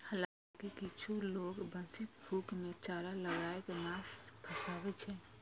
हालांकि किछु लोग बंशीक हुक मे चारा लगाय कें माछ फंसाबै छै